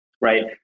right